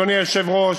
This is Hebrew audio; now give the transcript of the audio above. אדוני היושב-ראש,